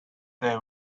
they